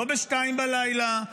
לא ב-02:00,